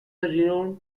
renowned